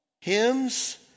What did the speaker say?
hymns